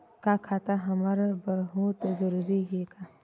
का खाता हमर बर बहुत जरूरी हे का?